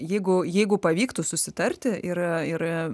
jeigu jeigu pavyktų susitarti ir ir